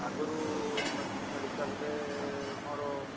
ଆଗରୁ ମେଡିକାଲରେ ମୋର